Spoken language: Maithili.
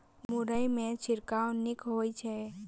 मुरई मे छिड़काव नीक होइ छै?